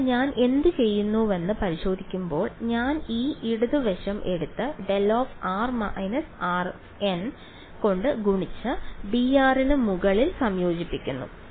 അതിനാൽ ഞാൻ എന്തുചെയ്യുമെന്ന് പരിശോധിക്കുമ്പോൾ ഞാൻ ഈ ഇടത് വശം എടുത്ത് δr − rm കൊണ്ട് ഗുണിച്ച് dr ന് മുകളിൽ സംയോജിപ്പിക്കും